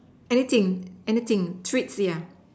anything anything treats yeah